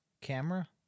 Camera